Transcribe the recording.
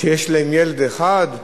כשיש להם ילד אחד?